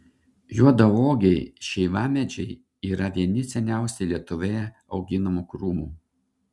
juodauogiai šeivamedžiai yra vieni seniausiai lietuvoje auginamų krūmų